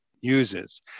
uses